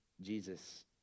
Jesus